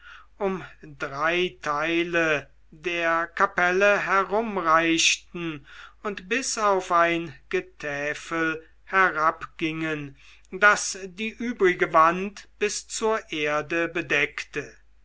um drei teile der kapelle herumreichten und bis auf ein getäfel herabgingen das die übrige wand bis zur erde bedeckte